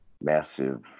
massive